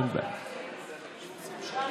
בבקשה לשבת.